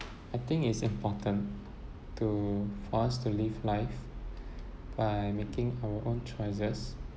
I think it's important to for us to live life by making our own choices